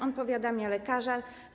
On powiadamia lekarza.